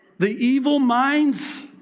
the evil minds,